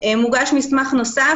מוגש מסמך נוסף,